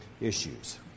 issues